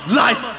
life